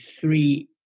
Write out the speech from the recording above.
three